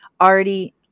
already